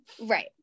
Right